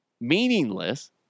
meaningless